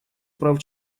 прав